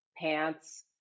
pants